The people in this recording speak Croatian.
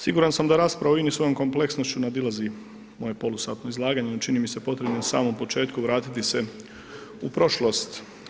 Siguran sam da rasprava o INI svojom kompleksnošću nadilazi moje polusatno izlaganje, čini mi se potrebnim na samom početku vratiti se u prošlost.